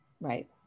right